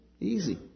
Easy